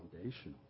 foundational